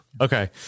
Okay